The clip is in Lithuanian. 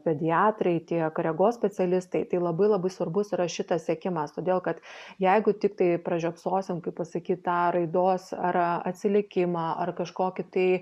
pediatrai tiek regos specialistai tai labai labai svarbus yra šitas sekimas todėl kad jeigu tiktai pražiopsosim kaip pasakyt tą raidos ar atsilikimą ar kažkokį tai